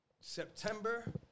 September